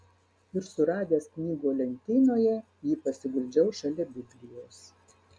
ir suradęs knygų lentynoje jį pasiguldžiau šalia biblijos